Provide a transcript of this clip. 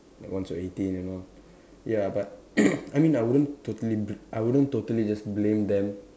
like once you're eighteen and all ya but I mean I wouldn't totally bl I wouldn't totally just blame them